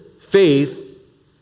faith